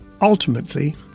Ultimately